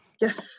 Yes